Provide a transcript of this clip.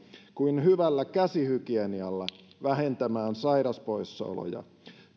kuin hyvällä käsihygienialla vähentämään sairauspoissaoloja